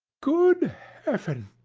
good heaven!